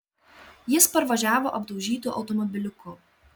jis parvažiavo apdaužytu automobiliuku